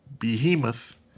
behemoth